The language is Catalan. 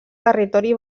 territori